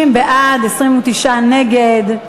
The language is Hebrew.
60 בעד, 29 נגד.